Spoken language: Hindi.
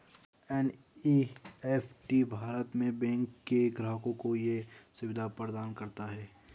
एन.ई.एफ.टी भारत में बैंक के ग्राहकों को ये सुविधा प्रदान करता है